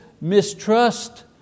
mistrust